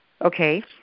Okay